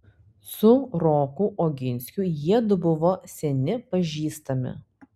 su roku oginskiu jiedu buvo seni pažįstami